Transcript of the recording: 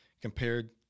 compared